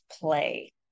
play